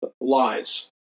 lies